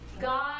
God